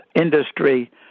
industry